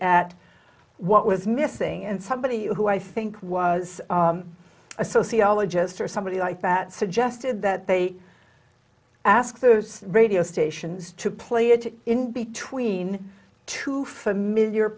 at what was missing and somebody who i think was a sociologist or somebody like that suggested that they ask the radio stations to play it in between two familiar